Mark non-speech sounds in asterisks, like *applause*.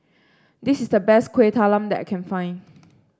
this is the best Kueh Talam that I can find *noise*